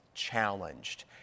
challenged